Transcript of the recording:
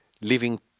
living